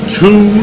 two